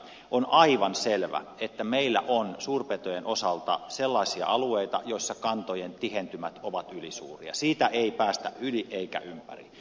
on aivan selvä että meillä on suurpetojen osalta sellaisia alueita joilla kantojen tihentymät ovat ylisuuria siitä ei päästä yli eikä ympäri